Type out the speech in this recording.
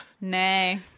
Nay